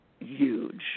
huge